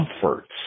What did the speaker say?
comforts